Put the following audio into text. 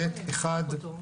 מיד נבדוק.